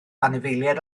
anifeiliaid